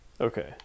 Okay